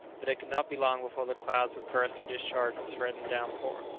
but it could not be long before the clouds would burst and discharge the threatened down-pour.